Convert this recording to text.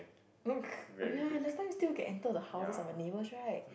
oh ya last time still can enter the houses of your neighbours right